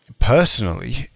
personally